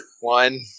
One